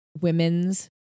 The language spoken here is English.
women's